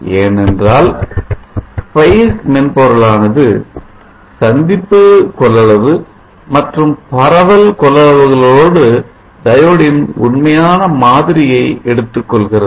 ஏனெனில் SPICE மென்பொருளானது சந்திப்பு கொள்ளளவு மற்றும் பரவல் கொள்ளளவுகளோடு diode ன் உண்மையான மாதிரியை எடுத்துக்கொள்கிறது